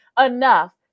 enough